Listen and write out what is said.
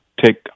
take